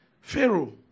Pharaoh